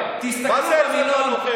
מה זה המילה "נוכל"?